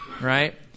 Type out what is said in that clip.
right